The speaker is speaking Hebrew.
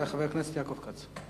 חבר הכנסת יעקב כץ.